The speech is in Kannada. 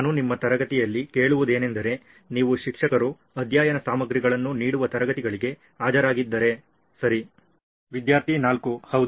ನಾನು ನಿಮ್ಮ ತರಗತಿಯಲ್ಲಿ ಕೇಳುವುದೆನೆಂದರೆ ನೀವು ಶಿಕ್ಷಕರು ಅಧ್ಯಯನ ಸಾಮಗ್ರಿಗಳನ್ನು ನೀಡುವ ತರಗತಿಗಳಿಗೆ ಹಾಜರಾಗಿದ್ದರೆ ಸರಿ ವಿದ್ಯಾರ್ಥಿ 4 ಹೌದು